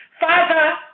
Father